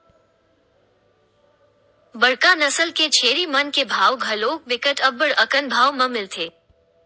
बड़का नसल के छेरी मन के भाव घलोक बिकट अब्बड़ अकन भाव म मिलथे